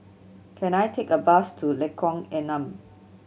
can I take a bus to Lengkok Enam